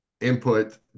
input